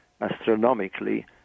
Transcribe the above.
astronomically